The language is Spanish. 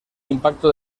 impacto